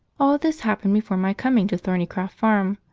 all this happened before my coming to thornycroft farm,